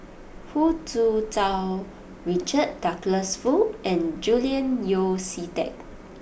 Hu Tsu Tau Richard Douglas Foo and Julian Yeo See Teck